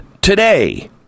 today